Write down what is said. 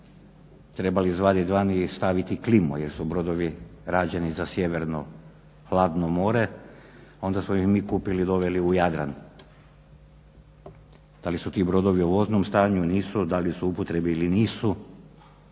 trebali izvaditi vani i staviti klimu, jer su brodovi rađeni za sjeverno hladno more. Onda smo ih mi kupili, doveli u Jadran. Da li su ti brodovi u voznom stanju, nisu? Da li su u upotrebi ili nisu